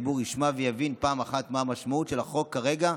שהציבור ישמע ויבין פעם אחת מה המשמעות של החוק כרגע,